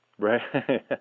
Right